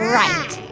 right.